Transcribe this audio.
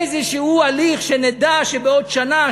איזשהו הליך שנדע שבעוד שנה,